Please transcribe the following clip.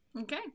Okay